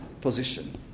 position